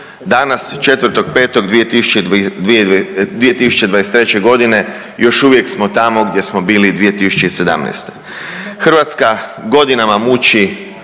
Danas, 4.5.2023. još uvijek smo tamo gdje smo bili 2017. Hrvatska godinama muči